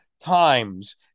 times